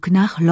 nach